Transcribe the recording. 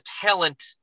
talent